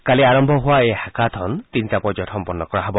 কালি আৰম্ভ হোৱা এই হেকাথন তিনিটা পৰ্যায়ত সম্পন্ন কৰা হব